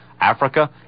Africa